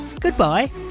goodbye